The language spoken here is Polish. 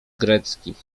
greckich